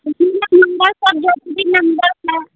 उसमें नम्बर सब ज़रूरी नम्बर था